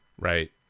right